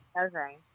Okay